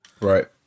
right